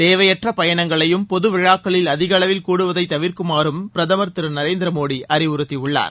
தேவையற்ற பயணங்களையும் பொது விழாக்களில் அதிக அளவில் கூடுவதை தவிர்க்குமாறும் திரு நரேந்திர மோடி அறிவுறுத்தியுள்ளார்